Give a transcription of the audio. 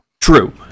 True